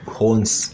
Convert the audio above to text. horns